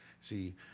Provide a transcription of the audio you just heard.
See